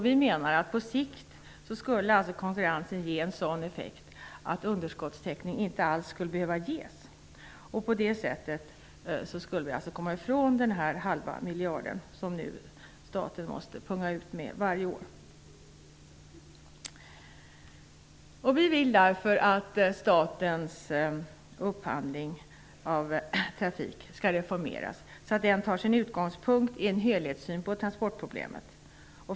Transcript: Vi menar att konkurrensen på sikt skulle få till effekt att underskottstäckning inte alls skulle behöva ges, och på det sättet skulle staten slippa punga ut med en halv miljard varje år. Vi vill därför att statens upphandling av trafik skall reformeras så att den tar sin utgångspunkt i en helhetssyn på transportproblemet.